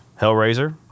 Hellraiser